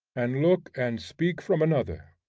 and look and speak from another!